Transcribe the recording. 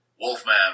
Wolfman